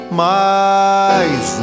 mais